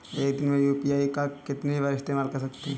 एक दिन में यू.पी.आई का कितनी बार इस्तेमाल कर सकते हैं?